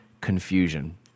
confusion